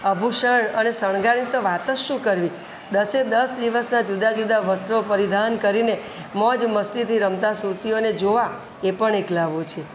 આભૂષણ અને શણગારની તો વાત જ શું કરવી દસે દસ દિવસનાં જુદા જુદા વસ્ત્રો પરિધાન કરીને મોજ મસ્તીથી રમતા સુરતીઓને જોવા એ પણ એક લ્હાવો છે